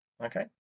Okay